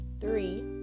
three